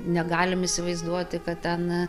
negalim įsivaizduoti kad ten